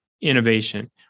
innovation